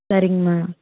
சரிங்கமா